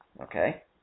Okay